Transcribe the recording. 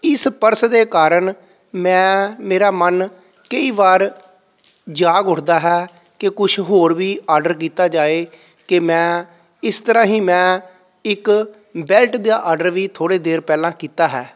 ਇਸ ਪਰਸ ਦੇ ਕਾਰਨ ਮੈਂ ਮੇਰਾ ਮਨ ਕਈ ਵਾਰ ਜਾਗ ਉੱਠਦਾ ਹੈ ਕਿ ਕੁਛ ਹੋਰ ਵੀ ਆਰਡਰ ਕੀਤਾ ਜਾਏ ਕਿ ਮੈਂ ਇਸ ਤਰ੍ਹਾਂ ਹੀ ਮੈਂ ਇੱਕ ਬੈਲਟ ਦਾ ਆਰਡਰ ਵੀ ਥੋੜ੍ਹੇ ਦੇਰ ਪਹਿਲਾਂ ਕੀਤਾ ਹੈ